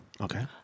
okay